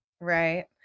Right